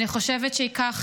אני חושבת שייקח